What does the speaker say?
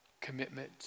commitment